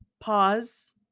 pause